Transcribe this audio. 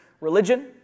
religion